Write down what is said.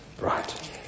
Right